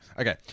okay